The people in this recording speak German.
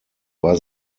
war